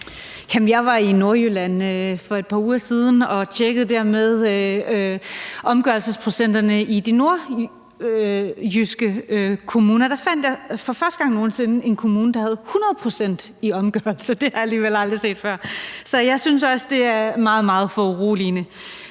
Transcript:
Jeg var i Nordjylland for et par uger siden og tjekkede omgørelsesprocenterne i de nordjyske kommuner, og der fandt jeg for første gang nogen sinde en kommune, der havde 100 pct. i omgørelse. Det havde jeg alligevel aldrig set før. Så jeg synes også, det er meget, meget foruroligende.